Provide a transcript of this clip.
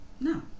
No